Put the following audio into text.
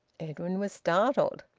edwin was startled.